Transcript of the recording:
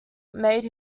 made